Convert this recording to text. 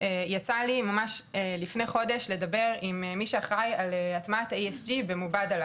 יצא לי ממש לפני חודש לדבר עם מי שאחראי על הטמעת ה-ESG ב'מובדלה',